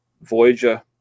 Voyager